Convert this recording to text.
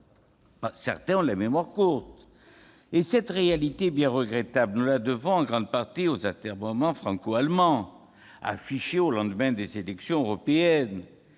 certains ont la mémoire courte ! Cette réalité bien regrettable, nous la devons en grande partie aux atermoiements franco-allemands affichés au lendemain des élections européennes.